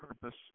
purpose